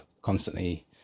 constantly